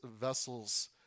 vessels